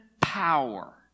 power